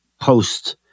post-